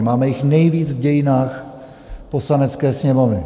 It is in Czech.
Máme jich nejvíc v dějinách Poslanecké sněmovny.